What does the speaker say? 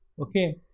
Okay